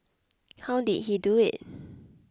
how did he do it